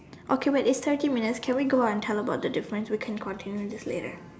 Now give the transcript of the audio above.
okay wait it's thirty minutes can we go on and tell about the difference we can continue this later